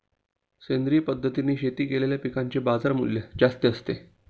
सेंद्रिय पद्धतीने शेती केलेल्या पिकांचे बाजारमूल्य जास्त असते